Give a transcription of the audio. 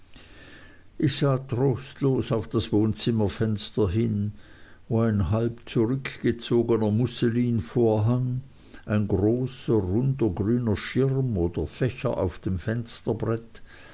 ich sah trostlos auf das wohnzimmerfenster hin wo ein halb zurückgezogner musselinvorhang ein großer runder grüner schirm oder fächer auf dem fensterbrett